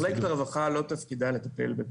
מחלקת הרווחה לא תפקידה לטפל.